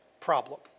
problem